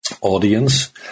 audience